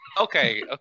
Okay